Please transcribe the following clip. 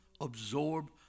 absorb